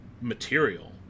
material